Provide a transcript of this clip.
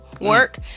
work